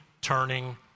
turning